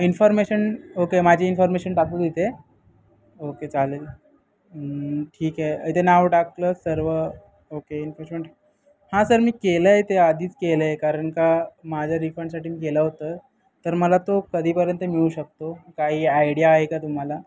information okay माझी information टाकू तिथे ओके चालेल ठीक आहे इथे नाव टाकलं सर्व ओके इन्फोमेंट हां सर मी केलं आहे ते आधीच केलं आहे कारण का माझ्या रिफंडसाठी मी गेलं होतं तर मला तो कधीपर्यंत मिळू शकतो काही आयडिया आहे का तुम्हाला